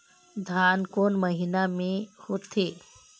धान कोन महीना मे होथे?